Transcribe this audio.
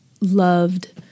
loved